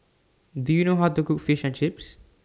Do YOU know How to Cook Fish and Chips